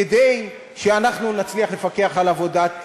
כדי שאנחנו נצליח לפקח על עבודת הממשלה,